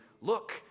look